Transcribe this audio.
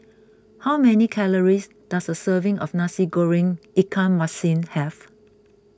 how many calories does a serving of Nasi Goreng Ikan Masin have